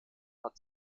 hat